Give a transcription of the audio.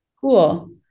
Cool